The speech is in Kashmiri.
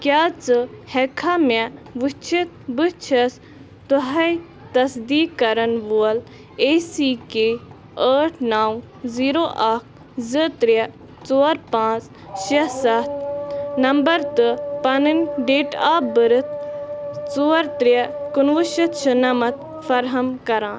کیٛاہ ژٕ ہٮ۪کٕکھا مےٚ وُچھِتھ بہٕ چھَس تۄہہِ تصدیٖق کَران وول اےٚ سی کے ٲٹھ نَو زیٖرَو اَکھ زٕ ترٛےٚ ژور پانٛژھ شےٚ سَتھ نَمَبَر تہٕ پَنٕنۍ ڈیٹ آف بٔرٕتھ ژور ترٛےٚ کُنوُہ شیٚتھ شُنَمَتھ فراہَم کران